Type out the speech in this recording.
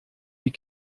die